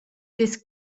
des